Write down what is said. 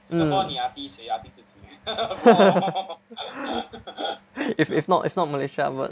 mm if not if not Malaysia upward